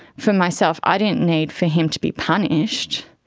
for myself i didn't need for him to be punished.